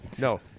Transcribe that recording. No